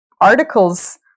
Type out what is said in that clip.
articles